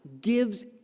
gives